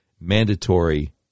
mandatory